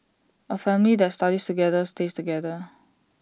A family that studies together stays together